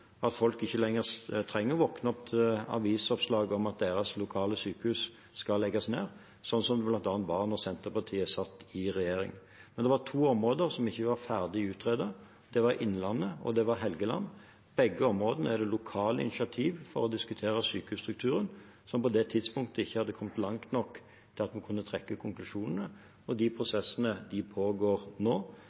at folk ikke lenger trenger våkne opp til avisoppslag om at deres lokale sykehus skal legges ned, slik det bl.a. var da Senterpartiet satt i regjering. Det var to områder som ikke var ferdig utredet. Det var Innlandet, og det var Helgeland. I begge områdene er det lokale initiativ for å diskutere sykehusstrukturen, som på det tidspunktet ikke hadde kommet langt nok til at vi kunne trekke konklusjonene. De prosessene pågår nå.